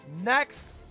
next